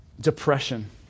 depression